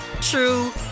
true